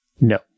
no